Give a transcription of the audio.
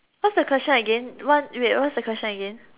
what's the question again one wait what's the question again